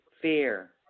fear